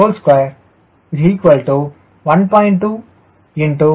120